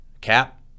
Cap